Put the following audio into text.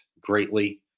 greatly